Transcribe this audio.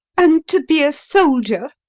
and to be a soldier?